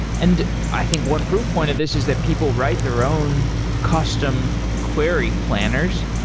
and i think one proof point of this is that people write their own custom query planners.